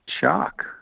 shock